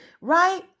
right